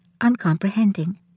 uncomprehending